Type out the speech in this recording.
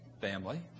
family